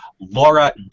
Laura